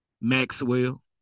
Maxwell